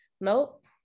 nope